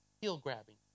heel-grabbing